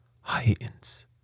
heightens